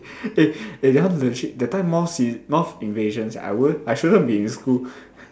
eh eh that one legit that time moth moth invasion sia I won't I shouldn't be in school